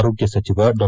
ಆರೋಗ್ದ ಸಚಿವ ಡಾ